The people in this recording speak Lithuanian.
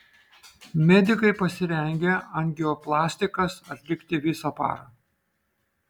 medikai pasirengę angioplastikas atlikti visą parą